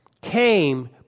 came